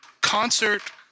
concert